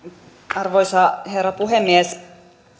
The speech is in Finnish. arvoisa herra puhemies